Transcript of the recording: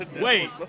Wait